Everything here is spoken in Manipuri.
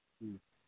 ꯎꯝ